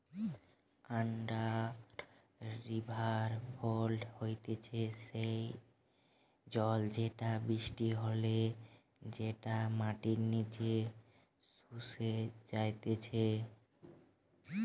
under river flow হতিছে সেই জল যেটা বৃষ্টি হলে যেটা মাটির নিচে শুষে যাইতিছে